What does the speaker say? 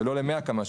ואפילו לא ל-100 קמ"ש.